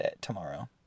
tomorrow